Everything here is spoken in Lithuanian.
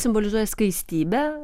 simbolizuoja skaistybę